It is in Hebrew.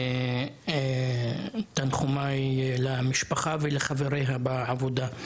תנחומיי למשפחה ולחבריה בעבודה.